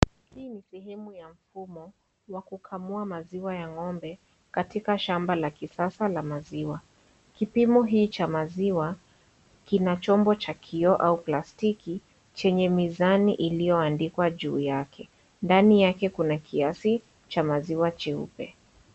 Hii ni sehemu ya mfumo wa kukamua maziwa ya ngo'mbe katika shamba la kisasa la maziwa. Kipimo hii cha maziwa kina chombo cha kioo au plastiki chenye mizani iliyoandikwa juu yake. Ndani yake kuna kiasi cha maziwa cheupe.